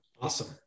Awesome